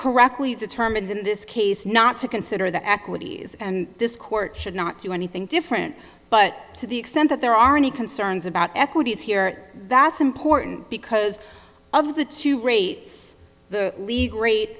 correctly determines in this case not to consider the equities and this court should not do anything different but to the extent that there are any concerns about equities here that's important because of the two rates the league rate